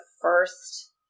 first